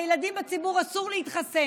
לילדים בציבור אסור להתחסן.